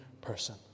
person